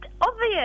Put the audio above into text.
obvious